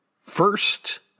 first